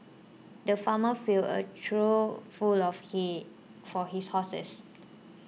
the farmer filled a trough full of hay for his horses